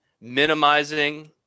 minimizing